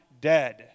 dead